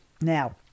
now